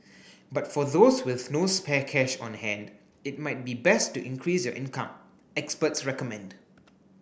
but for those with no spare cash on hand it might be best to increase your income experts recommend